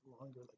longer